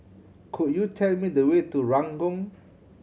could you tell me the way to Ranggung